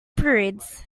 prudes